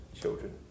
children